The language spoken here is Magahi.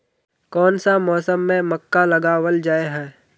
कोन सा मौसम में मक्का लगावल जाय है?